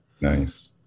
Nice